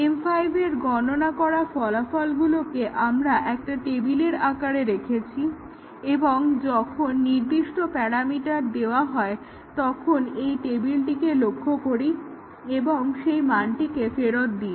M5 এর গণনা করা ফলাফলগুলোকে আমরা একটা টেবিলের আকারে রেখেছি এবং যখন নির্দিষ্ট প্যারামিটার দেওয়া হয় আমরা এই টেবিলটিকে লক্ষ্য করি এবং সেই মানটিকে ফেরত দিই